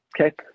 Okay